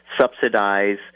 subsidize